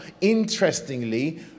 interestingly